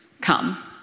come